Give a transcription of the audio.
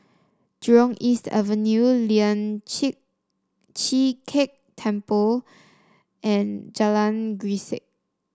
Jurong East Avenue Lian Chee Kek Temple and Jalan Grisek